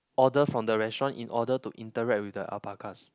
order from the restaurant in order to interact with the alpacas